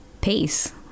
peace